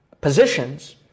positions